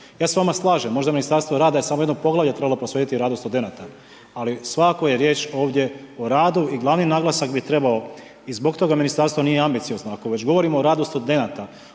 se s vama slažem, možda Ministarstvo rada samo jedno poglavlje je trebalo posvetiti radu studenata ali svakako je riječ ovdje o radu i glavni naglasak bi trebao i zbog toga ministarstvo nije ambiciozno. Ako već govorimo o radu studenata,